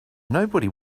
nobody